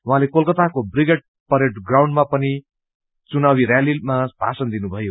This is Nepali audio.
उहाँले कोलकाताको ब्रिगेड परेड ग्राउण्डमा पनि चुनावी रैलीमा भाषण दिनुभयो